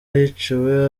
hiciwe